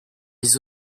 les